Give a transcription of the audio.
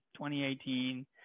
2018